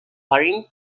hurrying